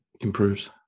improves